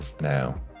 now